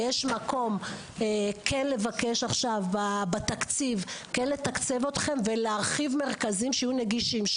ויש מקום כן לבקש עכשיו בתקציב תקצוב להרחבת מרכזים שיהיו נגישים.